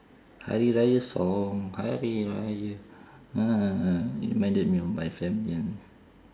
hari-raya song hari-raya uh uh uh it reminded me of my friend ya